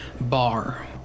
bar